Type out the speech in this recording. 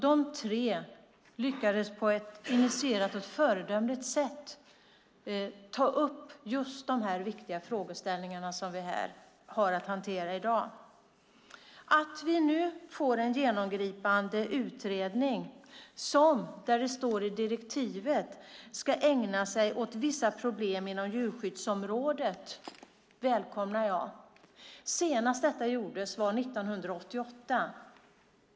De tre lyckades på ett initierat och föredömligt sätt ta upp de viktiga frågeställningar som vi här hanterar i dag. Att vi nu får en genomgripande utredning som, som det står i direktivet, ska ägna sig åt vissa problem inom djurskyddsområdet, välkomnar jag. Senast detta gjordes var 1988.